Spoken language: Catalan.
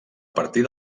partir